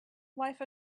life